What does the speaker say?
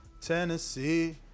tennessee